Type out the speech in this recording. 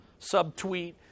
subtweet